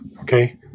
okay